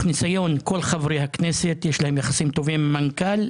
ניסיון לכל חברי הכנסת יש יחסים טובים עם המנכ"ל.